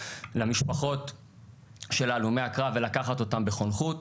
למשפחות של הלומי הקרב ולקח אותם בחונכות.